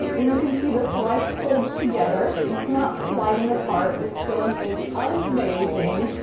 and you can see the slice holds together. it's not sliding apart, this filling is amazing.